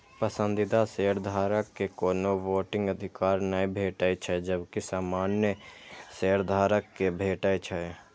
पसंदीदा शेयरधारक कें कोनो वोटिंग अधिकार नै भेटै छै, जबकि सामान्य शेयधारक कें भेटै छै